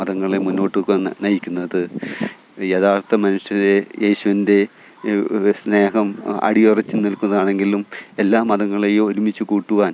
മതങ്ങളെ മുന്നോട്ടേക്ക് നയിക്കുന്നത് യഥാര്ത്ഥ മനുഷ്യരെ യേശുവിന്റെ സ്നേഹം അടിയുറച്ച് നില്ക്കുന്നതാണെങ്കിലും എല്ലാ മതങ്ങളേയും ഒരുമിച്ച് കൂട്ടുവാന്